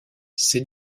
ses